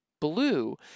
blue